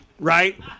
right